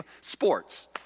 sports